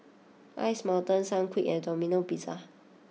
Ice Mountain Sunquick and Domino Pizza